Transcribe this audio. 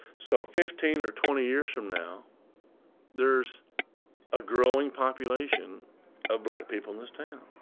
so fifteen or twenty years from now there's a growing population of black people in this town.